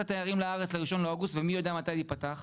התיירים לארץ ל-1 לאוגוסט ומי יודע מתי זה ייפתח.